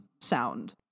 sound